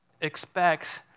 expects